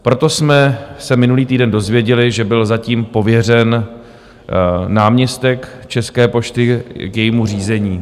Proto jsme se minulý týden dověděli, že byl zatím pověřen náměstek České pošty jejím řízením.